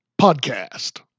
podcast